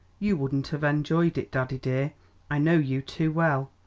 you wouldn't have enjoyed it, daddy dear i know you too well.